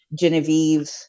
Genevieve